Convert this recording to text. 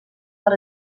per